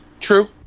True